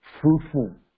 fruitful